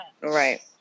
right